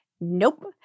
Nope